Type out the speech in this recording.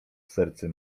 serce